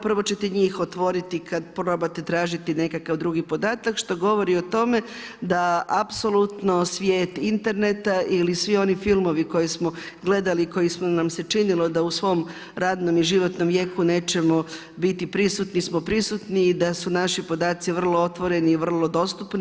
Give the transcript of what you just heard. Prvo ćete njih otvoriti kada probate tražiti nekakav drugi podatak što govori o tome da apsolutno svijet interneta ili svi oni filmovi koje smo gledali i koje nam se činilo da u svom radnom i životnom vijeku nećemo biti prisutni smo prisutni i da su naši podaci vrlo otvoreni i vrlo dostupni.